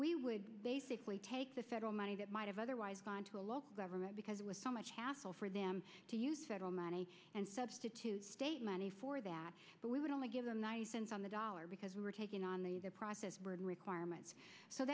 would take the federal money that might have otherwise gone to a local government because it was so much hassle for them to use federal money and substitute state money for that but we would only give them cents on the dollar because we were taking on the the process burden requirement so